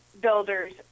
builders